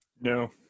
No